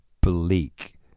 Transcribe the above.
bleak